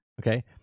Okay